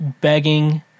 begging